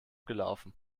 gelaufen